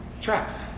traps